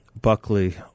Buckley